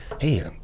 hey